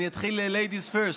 אני אתחיל, ladies first,